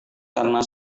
karena